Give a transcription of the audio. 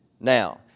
Now